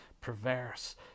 perverse